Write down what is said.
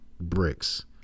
bricks